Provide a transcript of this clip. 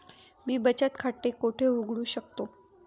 मी बचत खाते कोठे उघडू शकतो?